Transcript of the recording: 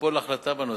ותיפול החלטה בנושא,